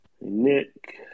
Nick